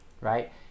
right